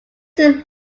his